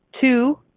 Two